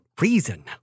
reason